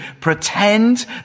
pretend